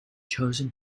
chosen